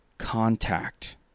Contact